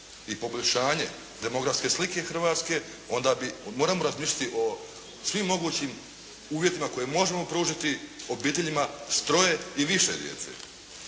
i poboljšanje demografske slike Hrvatske onda bi, moramo razmišljati o svim mogućim uvjetima koje možemo pružiti obiteljima s troje i više djece.